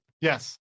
Yes